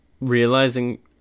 Realizing